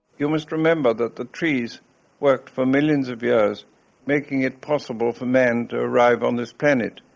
you must remember that the trees worked for millions of years making it possible for men to arrive on this planet,